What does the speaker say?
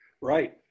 Right